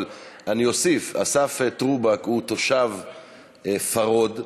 אבל אוסיף: אסף טרובק הוא תושב פרוד,